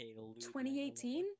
2018